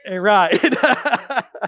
Right